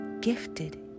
gifted